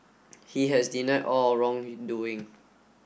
he has denied all or wrongdoing